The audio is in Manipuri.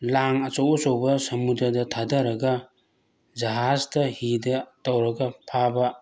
ꯂꯥꯡ ꯑꯆꯧ ꯑꯆꯧꯕ ꯁꯃꯨꯗ꯭ꯔꯗ ꯊꯥꯗꯔꯒ ꯖꯥꯍꯥꯖꯇ ꯍꯤꯗ ꯇꯧꯔꯒ ꯐꯥꯕ